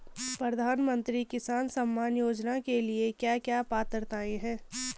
प्रधानमंत्री किसान सम्मान योजना के लिए क्या क्या पात्रताऐं हैं?